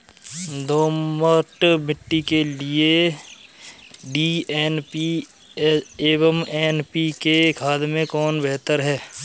दोमट मिट्टी के लिए डी.ए.पी एवं एन.पी.के खाद में कौन बेहतर है?